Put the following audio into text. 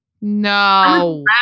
No